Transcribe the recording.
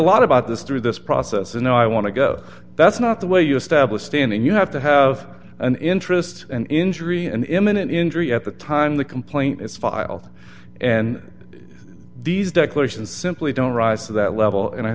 lot about this through this process you know i want to go that's not the way you establish standing you have to have an interest an injury and imminent injury at the time the complaint is filed and these declarations simply don't rise to that level and i